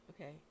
okay